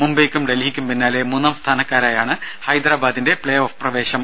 മുംബൈക്കും ഡൽഹിക്കും പിന്നാലെ മൂന്നാം സ്ഥാനക്കാരായാണ് ഹൈദരാബാദിന്റെ പ്ലേ ഓഫ് പ്രവേശം